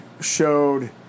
showed